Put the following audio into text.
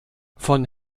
von